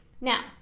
Now